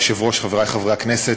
עברה בטרומית.